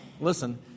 listen